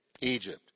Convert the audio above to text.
Egypt